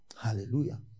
Hallelujah